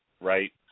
Right